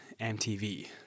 mtv